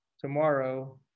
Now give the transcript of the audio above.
tomorrow